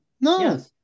no